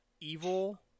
evil